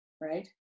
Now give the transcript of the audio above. right